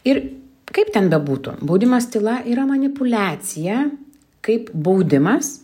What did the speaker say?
ir kaip ten bebūtų baudimas tyla yra manipuliacija kaip baudimas